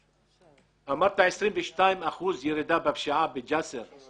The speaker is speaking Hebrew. אמרת 22 אחוזים ירידה בפשיעה בג'יסר א זרקא.